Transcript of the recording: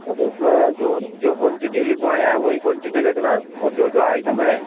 हाँ तो उसमें जो जो क्वांटिटी लिखवाया है वहीं क्वांटिटी रखना और जो जो आइटम है